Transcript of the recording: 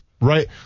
Right